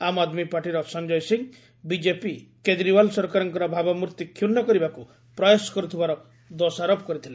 ଆମ୍ ଆଦମୀ ପାର୍ଟିର ସଞ୍ଜୟ ସିଂହ ବିଜେପି କେଜରିୱାଲ୍ ସରକାରଙ୍କ ଭାବମୂର୍ତ୍ତି କ୍ଷୁର୍ଷ କରିବାକୁ ପ୍ରୟାସ କର୍ତ୍ତଥିବାର ଦୋଷାରୋପ କରିଥିଲେ